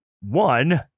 one